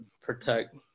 protect